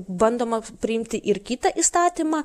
bandoma priimti ir kitą įstatymą